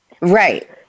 Right